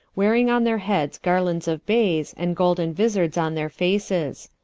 wearing on their heades garlands of bayes, and golden vizards on their faces,